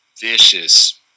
vicious